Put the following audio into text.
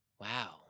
Wow